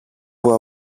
που